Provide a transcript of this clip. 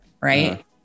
right